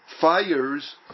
fires